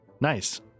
nice